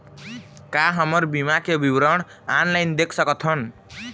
का हमर बीमा के विवरण ऑनलाइन देख सकथन?